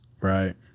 Right